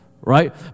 right